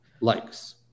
likes